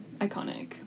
iconic